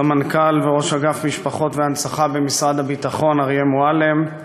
סמנכ"ל וראש אגף משפחות והנצחה במשרד הביטחון אריה מועלם,